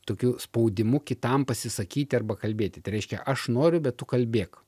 tokiu spaudimu kitam pasisakyti arba kalbėti tai reiškia aš noriu bet tu kalbėk